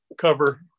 cover